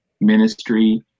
ministry